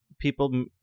people